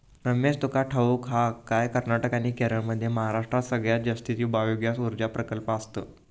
रमेश, तुका ठाऊक हा काय, कर्नाटक आणि केरळमध्ये महाराष्ट्रात सगळ्यात जास्तीचे बायोगॅस ऊर्जा प्रकल्प आसत